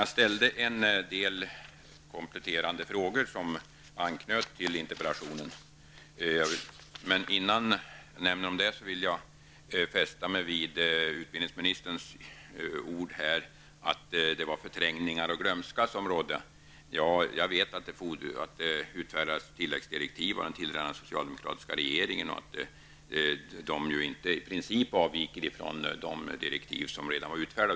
Jag ställde dock en del kompletterande frågor som anknöt till interpellationen. Innan jag går in på dem vill jag dock säga att jag fäste mig vid vad utbildningsministern sade om förträngningar och glömska. Jag vet att den tillträdande socialdemokratiska regeringen utfärdade tilläggsdirektiv och att de i princip inte avvek ifrån de direktiv som redan var utfärdade.